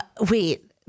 Wait